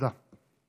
תודה.